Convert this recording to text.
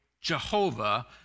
Jehovah